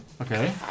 Okay